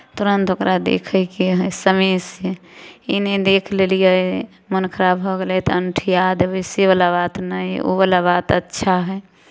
तुरन्त ओकरा देखयके हइ समयसँ ई नहि देख लेलियै मन खराब भऽ गेलै तऽ अण्ठिया देबै सेवला बात नहि ओवला बात अच्छा हइ